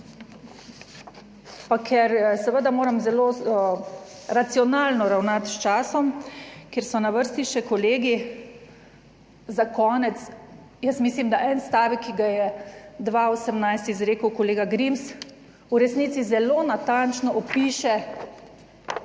Pa ker seveda moram zelo racionalno ravnati s časom, ker so na vrsti še kolegi. Za konec, jaz mislim, da en stavek, ki ga je 2018 izrekel kolega Grims, v resnici zelo natančno opiše